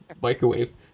microwave